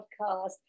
podcast